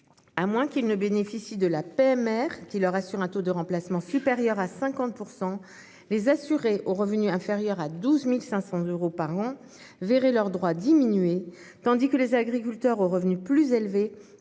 À moins qu'ils ne bénéficient de la PMR, qui leur assure un taux de remplacement supérieur à 50 %, les assurés aux revenus inférieurs à 12 500 euros par an verraient leurs droits diminuer, tandis que les agriculteurs aux revenus plus élevés